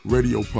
Radio